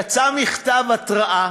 יצא מכתב התרעה